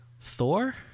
Thor